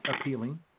appealing